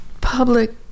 public